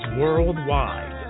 worldwide